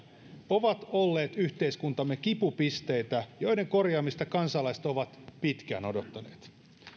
ovat olleet yhteiskuntamme kipupisteitä joiden korjaamista kansalaiset ovat pitkään odottaneet